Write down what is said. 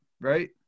Right